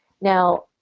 Now